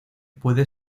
puede